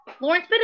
Lawrence